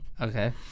Okay